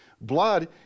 Blood